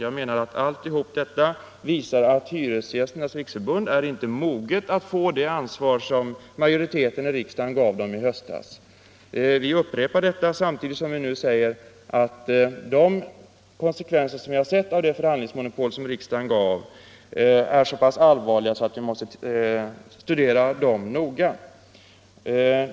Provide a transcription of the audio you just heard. Jag anser att detta visar att Hyresgästernas riksförbund inte är moget att få det ansvar som majoriteten i riksdagen gav förbundet i höstas. Vi upprepar detta samtidigt som vi säger att de konsekvenser vi nu har sett av det förhandlingsmonopol riksdagen gav är så pass allvarliga att vi måste studera dem noga.